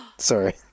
Sorry